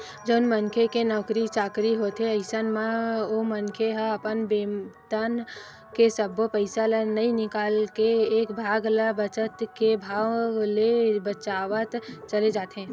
जउन मनखे के नउकरी चाकरी होथे अइसन म ओ मनखे ह अपन बेतन के सब्बो पइसा ल नइ निकाल के एक भाग ल बचत के भाव ले बचावत चले जाथे